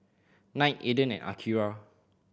Knight Aden and Akira